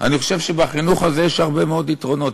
אני חושב שבחינוך הזה יש הרבה מאוד יתרונות.